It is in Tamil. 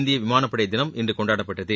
இந்திய விமானப்படை தினம் இன்று கொண்டாடப்பட்டது